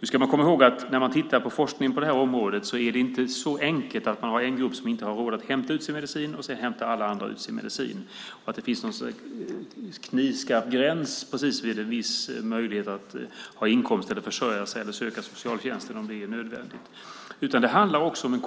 Nu ska vi komma ihåg att när det gäller forskning på det här området är det inte så enkelt som att det finns en grupp som inte har råd att hämta ut sin medicin och att alla andra hämtar ut sina mediciner, att det finns någon knivskarp gräns vid en viss inkomst och möjlighet att försörja sig eller söka ekonomiskt stöd hos socialtjänsten, om det är nödvändigt. Det handlar också om